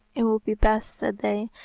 it will be best, said they,